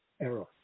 error